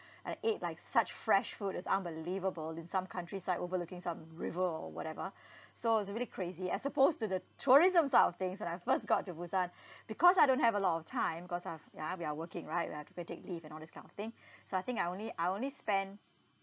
I ate like such fresh food it's unbelievable in some countryside overlooking some river or whatever so it's really crazy as opposed to the tourism sort of things when I first got to busan because I don't have a lot of time cause I've ya we are working right and I have to take leave and all this kind of thing so I think I only I only spent